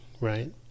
right